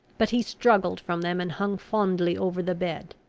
but he struggled from them, and hung fondly over the bed.